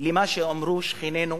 למה שאמרו שכנינו,